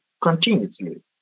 continuously